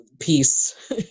peace